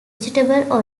vegetable